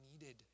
needed